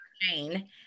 Jane